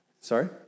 Sorry